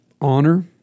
Honor